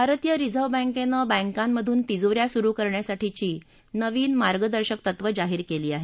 भारतीय रिजर्व बँकेनं बँकामधून तिजो या सुरु करण्यासाठीची नवीन मार्गदर्शक तत्वं जाहीर केली आहेत